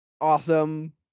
awesome